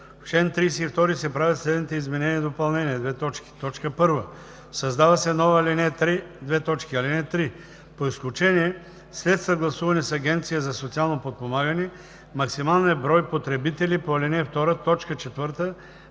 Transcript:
„В чл. 32 се правят следните изменения и допълнения: 1. Създава се нова ал. 3: „(3) По изключение, след съгласуване с Агенция за социално подпомагане, максималният брой потребители по ал. 2, т. 4